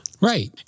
Right